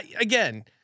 Again